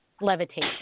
levitation